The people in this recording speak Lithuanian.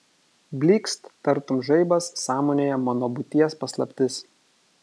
blykst tartum žaibas sąmonėje mano būties paslaptis